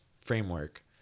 framework